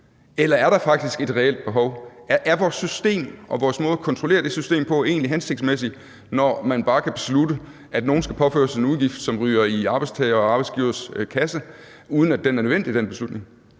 eller er der faktisk et reelt behov? Er vores system og vores måde at kontrollere det system på egentlig hensigtsmæssig, når man bare kan beslutte, at nogle skal påføres en udgift, som ryger i arbejdstageres og arbejdsgiveres kasse, uden at den udgift er nødvendig?